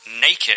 naked